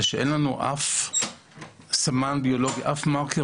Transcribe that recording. שהיא שאין לנו אף סמן ביולוגי,